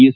S